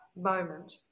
moment